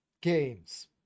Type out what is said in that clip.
games